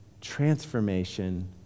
transformation